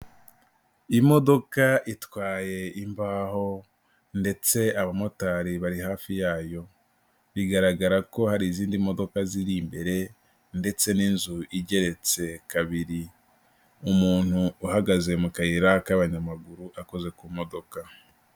Imodoka itwaye imbaho ndetse abamotari bari hafi yayo bigaragara ko hari izindi modoka ziri imbere ndetse n'inzu igeretse kabiri. Umuntu uhagaze mu kayira k'abanyamaguru akoze ku modoka.